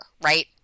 right